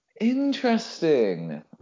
Interesting